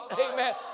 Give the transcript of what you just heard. amen